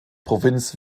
provinz